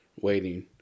waiting